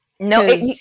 No